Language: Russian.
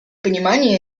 понимание